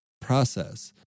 process